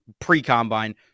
pre-combine